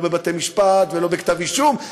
לא בבתי-משפט ולא עם כתב אישום.